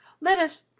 let us,